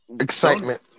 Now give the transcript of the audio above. Excitement